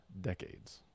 decades